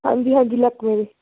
ਹਾਂਜੀ ਹਾਂਜੀ